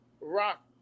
Rock